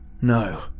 no